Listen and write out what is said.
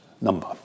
number